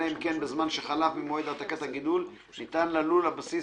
אלא אם כן בזמן שחלף ממועד העתקת הגידול ניתן ללול הבסיס